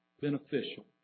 beneficial